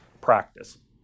practice